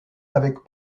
avec